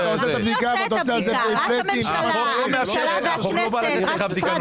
רק הממשלה והכנסת, רק משרד